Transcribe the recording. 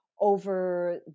over